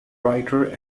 writer